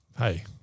Hey